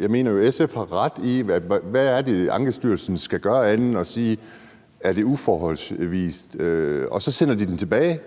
Jeg mener, at SF jo har ret. Hvad er det, Ankestyrelsen skal gøre andet end at sige, at det er uforholdsmæssig dyrt? Så sender de den tilbage,